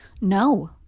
No